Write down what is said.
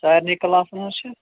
سارنٕے کلاس ہٕنز چھےٚ